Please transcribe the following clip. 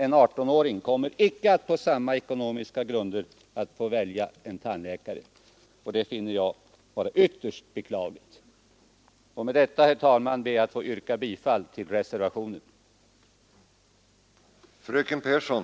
En 18-åring kommer icke att på samma ekonomiska grunder få välja tandläkare, och det finner jag vara ytterst beklagligt. Med detta, herr talman, ber jag att få yrka bifall till reservationen.